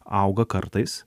auga kartais